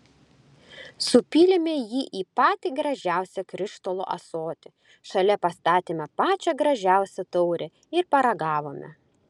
supylėme jį į patį gražiausią krištolo ąsotį šalia pastatėme pačią gražiausią taurę ir paragavome